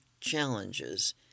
challenges